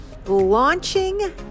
launching